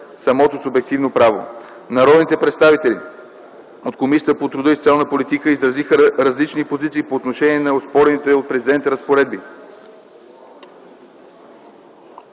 самото субективно право. Народните представители от Комисията по труда и социалната политика изразиха различни позиции по отношение на оспорените от президента разпоредби.